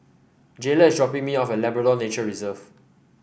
Jayla is dropping me off at Labrador Nature Reserve